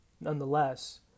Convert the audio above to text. nonetheless